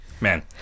Man